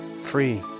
free